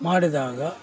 ಮಾಡಿದಾಗ